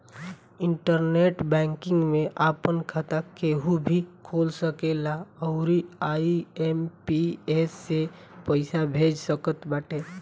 internet banking में आपन खाता केहू भी खोल सकेला अउरी आई.एम.पी.एस से पईसा भेज सकत बाटे